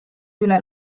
üle